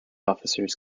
officers